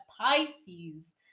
Pisces